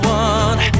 one